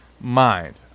mind